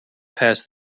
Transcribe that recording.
pass